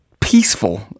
peaceful